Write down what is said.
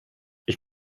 ich